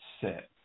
set